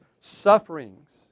sufferings